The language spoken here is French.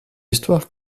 histoire